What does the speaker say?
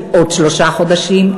של עוד שלושה חודשים.